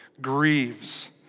grieves